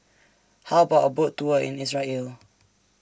How about A Boat Tour in Israel